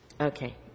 Okay